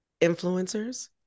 influencers